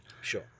Sure